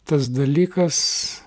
tas dalykas